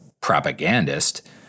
propagandist